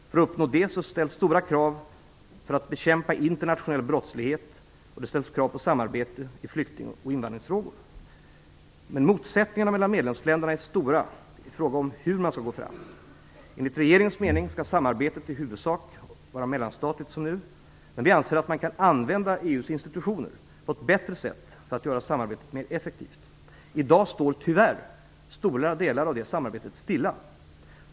För att uppnå det ställs stora krav på insatser för att bekämpa internationell brottslighet, och det ställs krav på samarbete i flykting och invandringsfrågor. Men motsättningarna mellan medlemsländerna är stora i fråga om hur man skall gå fram. Enligt regeringens mening skall samarbetet i huvudsak förbli mellanstatligt. Men vi anser att man kan använda EU:s institutioner på ett bättre sätt för att göra samarbetet mera effektivt. I dag står tyvärr stora delar av det samarbetet stilla.